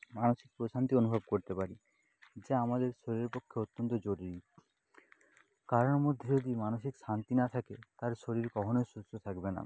মানসিক প্রশান্তি অনুভব করতে পারি যা আমাদের শরীরের পক্ষে অত্যন্ত জরুরি কারুর মধ্যে যদি মানসিক শান্তি না থাকে তার শরীর কখনোই সুস্থ থাকবে না